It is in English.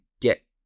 get